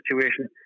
situation